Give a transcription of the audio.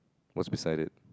what's beside it